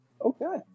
Okay